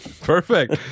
Perfect